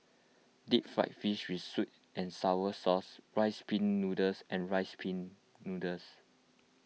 Deep Fried Fish with Sweet and Sour Sauce Rice Pin Noodles and Rice Pin Noodles